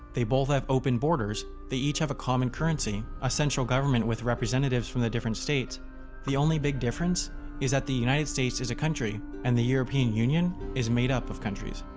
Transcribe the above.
they both have open borders, they each have a common currency, a sential government with representative from the different states the only big difference is that the united states is a country and the european union is made up of countries.